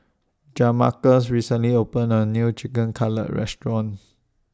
Jamarcus recently opened A New Chicken Cutlet Restaurant